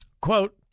Quote